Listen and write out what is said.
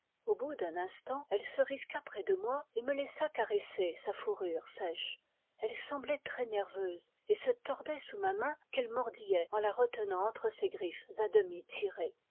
au bout d'un instant elle se risqua près de moi et me laissa caresser sa fourrure sèche elle semblait très nerveuse et se tordait sous ma main qu'elle mordillait en la retenant entre ses griffes à demi tirées